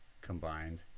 combined